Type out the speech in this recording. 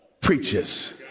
preaches